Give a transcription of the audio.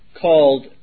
called